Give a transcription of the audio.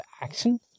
action